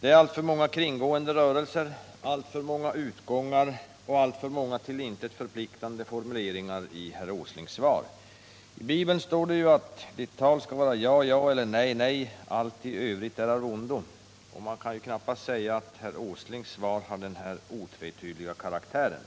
Det är alltför många kringgående rörelser, alltför många utgångar och alltför många till intet förpliktande formuleringar i herr Åslings svar. I Bibeln står det ju att ”sådant skall edert tal vara, att ja är ja, och nej är nej. Vad därutöver är, det är av ondo.” Man kan knappast säga att herr Åslings svar har den otvetydiga karaktären.